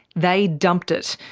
they dumped it,